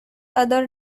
other